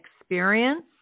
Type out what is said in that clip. experience